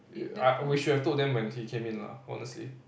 err uh we should have told them when he came in lah honestly